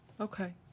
Okay